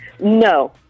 No